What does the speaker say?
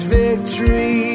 victory